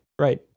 right